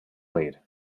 lead